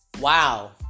wow